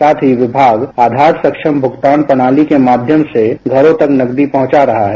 साथ ही विभाग आधार सक्षम भुगतान प्रणाली के माध्यम से घरों तक नकदी पहुंचा रहा है